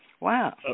Wow